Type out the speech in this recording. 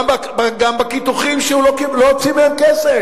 גם בקידוחים שהוא לא הוציא מהם כסף.